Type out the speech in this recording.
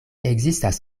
ekzistas